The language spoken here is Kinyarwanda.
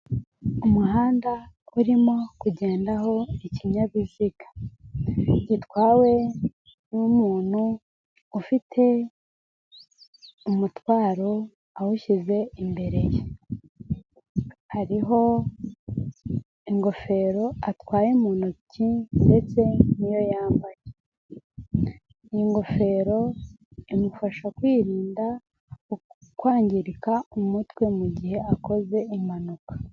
Umuhanda urimo kugendaho ikinyabiziga gitwawe n'umuntu ufite umutwaro, awushyize imbere ye, hariho ingofero atwaye mu ntoki ndetse n'iyo yambaye. Ingofero imufasha kwirinda kwangirika umutwe mugihe akoze impanuka.